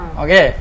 okay